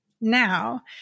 Now